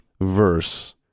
verse